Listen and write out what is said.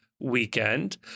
weekend